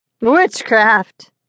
Witchcraft